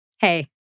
Hey